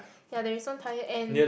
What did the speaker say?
ya there is some tyre and